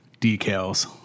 decals